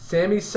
Sammy